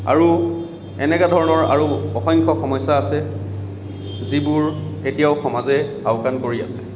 আৰু এনেকুৱা ধৰণৰ আৰু অসংখ্য় সমস্য়া আছে যিবোৰ এতিয়াও সমাজে আওকাণ কৰি আছে